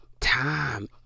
time